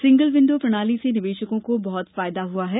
single window प्रणाली से निवेशकों को बहुत फायदा हुआ है